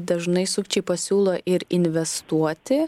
dažnai sukčiai pasiūlo ir investuoti